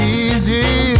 easy